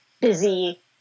busy